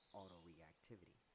auto-reactivity